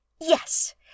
yes